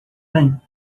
bem